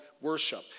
worship